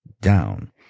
down